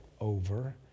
over